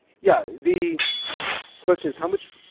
yeah. the question is how much.